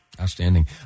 Outstanding